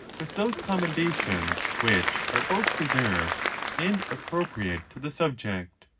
with those commendations which are both deserved and appropriate to the subject.